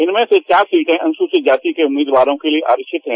इनमें से चार सीटें अनुसूवित जाति के उम्मीदवारों के लिए आरिक्षत हैं